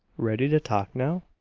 ready to talk now?